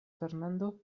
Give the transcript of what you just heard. fernando